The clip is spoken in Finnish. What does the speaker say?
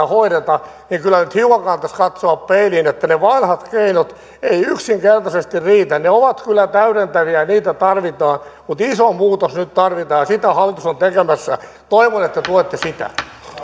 hoideta kyllä nyt hiukan kannattaisi katsoa peiliin että ne vanhat keinot eivät yksinkertaisesti riitä ne ovat kyllä täydentäviä ja niitä tarvitaan mutta iso muutos nyt tarvitaan ja sitä hallitus on tekemässä toivon että tuette sitä